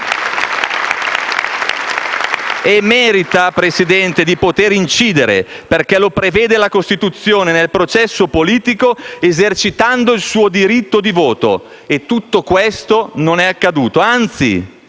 merita, Presidente, di poter incidere, perché lo prevede la Costituzione, nel processo politico esercitando il suo diritto di voto. E tutto questo non è accaduto. Anzi,